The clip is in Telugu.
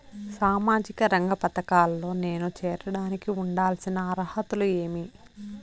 సామాజిక రంగ పథకాల్లో నేను చేరడానికి ఉండాల్సిన అర్హతలు ఏమి?